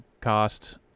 cost